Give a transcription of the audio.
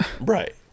Right